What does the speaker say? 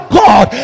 god